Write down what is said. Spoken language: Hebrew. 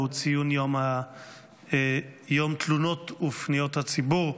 והוא ציון יום תלונות ופניות הציבור.